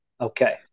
Okay